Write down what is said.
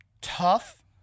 tough